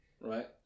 Right